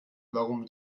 warum